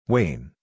Wayne